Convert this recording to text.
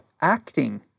acting